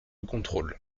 contrôle